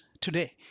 today